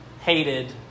hated